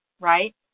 right